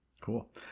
Cool